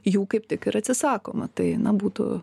jų kaip tik ir atsisakoma tai na būtų